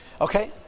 Okay